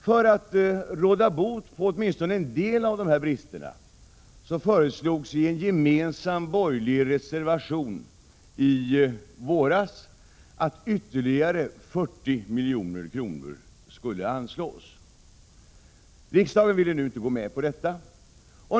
För att råda bot på åtminstone en del av bristerna föreslogs i en gemensam borgerlig reservation i våras att ytterligare 40 milj.kr. skulle anslås. Riksdagen ville inte gå med på detta.